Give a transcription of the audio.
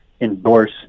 endorse